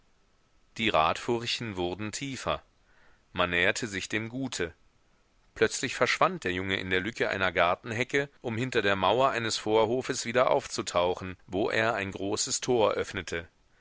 die radfurchen wurden tiefer man näherte sich dem gute plötzlich verschwand der junge in der lücke einer gartenhecke um hinter der mauer eines vorhofes wieder aufzutauchen wo er ein großes tor öffnete